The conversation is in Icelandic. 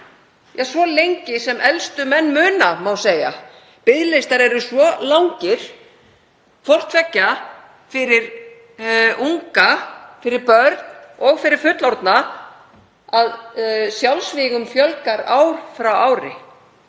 svo lengi sem elstu menn muna, má segja. Biðlistar eru svo langir, hvort tveggja fyrir börn og fullorðna, að sjálfsvígum fjölgar ár frá ári.